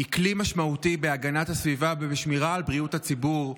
היא כלי משמעותי בהגנת הסביבה ובשמירה על בריאות הציבור,